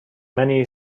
many